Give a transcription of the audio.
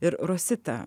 ir rosita